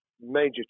major